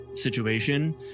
situation